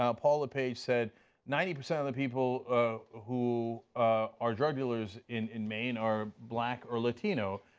um paul lepage said ninety percent of the people who are drug dealers in in maine are black or latino,